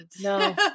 No